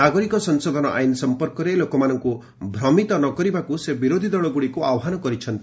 ନାଗରିକ ସଂଶୋଧନ ଆଇନ ସଂପର୍କରେ ଲୋକମାନଙ୍କୁ ଭ୍ରମିତ ନ କରିବାକୁ ସେ ବିରୋଧୀଦଳଗୁଡ଼ିକୁ ଆହ୍ୱାନ କରିଛନ୍ତି